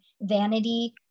vanity